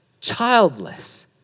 childless